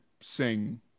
sing